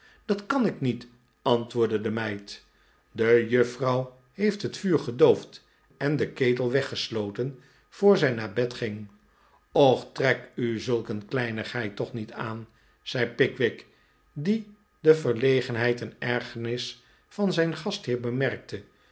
dat kan ik niet antwoordde de meid de juffrouw heeft het vuur gedoofd en den ketel weggesloten voor zij naar bed ging och trek u zulk een kleinigheid toch niet aan zei pickwick die de verlegenheid en ergernis van zijn gastheer bemerkte